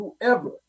whoever